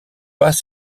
pas